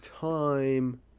time